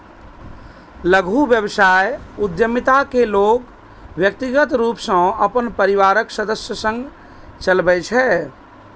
लघु व्यवसाय उद्यमिता कें लोग व्यक्तिगत रूप सं अपन परिवारक सदस्य संग चलबै छै